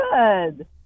good